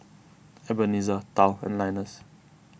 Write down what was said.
Ebenezer Tal and Linus